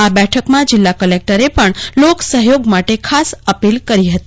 આ બેઠકમાં જિલ્લા કલકટરે પણ લોક સહયોગ માટે ખાસ અપીલ કરી હતી